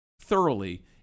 thoroughly